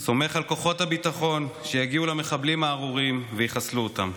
אני סומך על כוחות הביטחון שיגיעו למחבלים הארורים ויחסלו אותם.